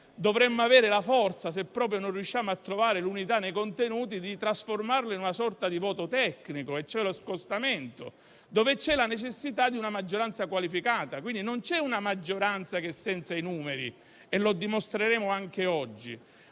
dovremmo avere la forza, se proprio non riusciamo a trovare l'unità nei contenuti, di trasformare in una sorta di voto tecnico. Mi riferisco allo scostamento, su cui c'è la necessità di una maggioranza qualificata. Non c'è una maggioranza che è senza i numeri, e lo dimostreremo anche oggi,